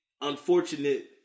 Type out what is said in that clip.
unfortunate